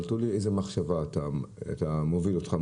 אבל --- איזו מחשבה מובילה אותך,